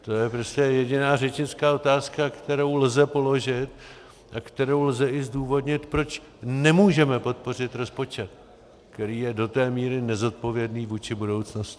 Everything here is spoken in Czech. To je jediná řečnická otázka, kterou lze položit a kterou lze i zdůvodnit, proč nemůžeme podpořit rozpočet, který je do té míry nezodpovědný vůči budoucnosti.